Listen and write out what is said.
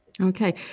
Okay